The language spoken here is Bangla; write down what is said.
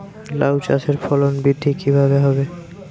লাউ চাষের ফলন বৃদ্ধি কিভাবে হবে?